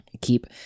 keep